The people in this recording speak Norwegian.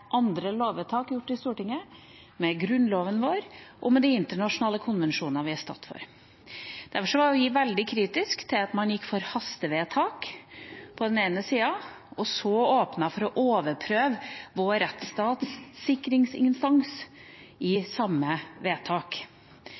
andre lovvedtak gjort i Stortinget, med Grunnloven og med de internasjonale konvensjonene vi er for. Derfor var vi veldig kritiske til at man gikk for et hastevedtak og også åpnet for å overprøve vår rettsstats sikringsinstans i samme vedtak.